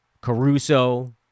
Caruso